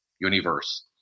universe